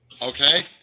Okay